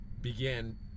began